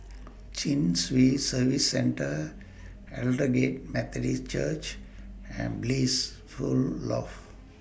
Chin Swee Service Centre Aldersgate Methodist Church and Blissful Loft